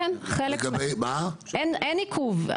אין עיכוב,